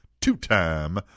two-time